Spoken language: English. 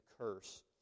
curse